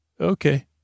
okay